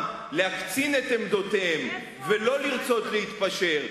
להקצין את עמדותיהם ולא לרצות להתפשר,